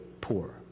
poor